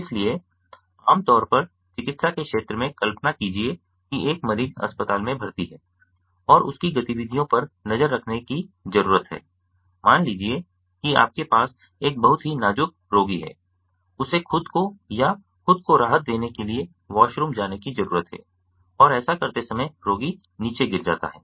इसलिए आम तौर पर चिकित्सा के क्षेत्र में कल्पना कीजिए कि एक मरीज अस्पताल में भर्ती है और उसकी गतिविधियों पर नजर रखने की जरूरत है मान लीजिए कि आपके पास एक बहुत ही नाजुक रोगी है उसे खुद को या खुद को राहत देने के लिए वॉशरूम जाने की जरूरत है और ऐसा करते समय रोगी नीचे गिर जाता है